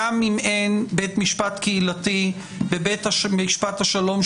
גם אם אין בית משפט קהילתי ובית משפט שלום,